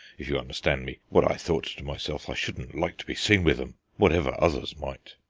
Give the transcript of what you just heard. if you understand me, what i thought to myself i shouldn't like to be seen with em, whatever others might.